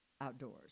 outdoors